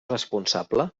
responsable